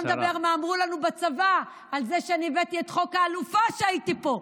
לא נדבר מה אמרו לנו בצבא על זה שאני הבאתי את חוק האלופה כשהייתי פה.